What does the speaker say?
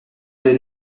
des